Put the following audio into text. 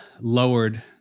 lowered